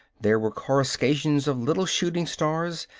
there were coruscations of little shooting stars,